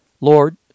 Lord